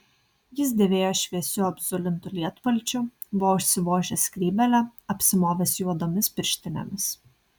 jis dėvėjo šviesiu apzulintu lietpalčiu buvo užsivožęs skrybėlę apsimovęs juodomis pirštinėmis